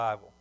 Bible